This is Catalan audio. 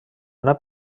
una